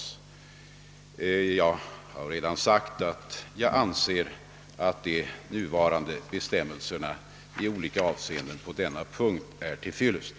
Som jag redan sagt anser jag att de nuvarande lagbestämmelserna i dessa avseenden är till fyllest.